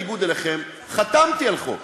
אני, בניגוד לכם, חתמתי על חוק